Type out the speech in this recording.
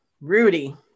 Rudy